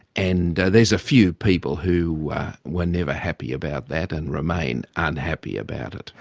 and there's a few people who were never happy about that and remain unhappy about it.